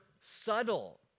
subtle